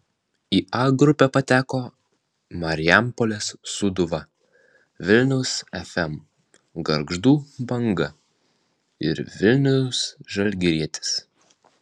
į a grupę pateko marijampolės sūduva vilniaus fm gargždų banga ir vilniaus žalgirietis